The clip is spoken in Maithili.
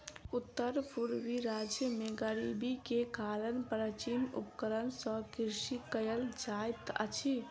उत्तर पूर्वी राज्य में गरीबी के कारण प्राचीन उपकरण सॅ कृषि कयल जाइत अछि